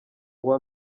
kuba